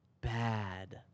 bad